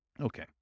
Okay